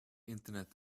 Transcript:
internet